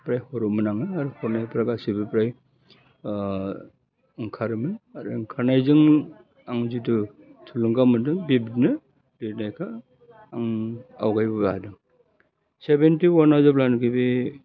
फ्राय हरोमोन आङो आर हरनायफ्रा गासैबो फ्राय ओंखारोमोन आरो ओंखारनायजों आं जिथु थुलुंगा मोन्दों बिब्दिनो लिरनायखो आं आवगायबोदों सेभेन्टिवानाव जेब्लानाखि बे